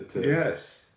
Yes